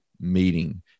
meeting